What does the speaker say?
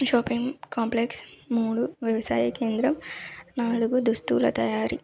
shopping complex మూడు వ్యవసాయ కేంద్రం నాలుగు దుస్తుల తయారీ